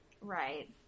right